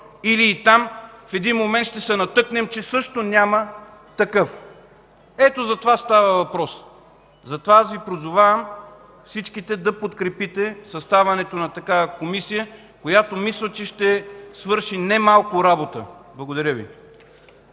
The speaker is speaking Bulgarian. Или и там в един момент ще се натъкнем, че също няма такъв?! Ето за това става въпрос. Затова Ви призовавам всичките да подкрепите създаването на такава комисия, която, мисля, че ще свърши немалко работа. Благодаря Ви.